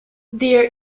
there